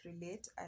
relate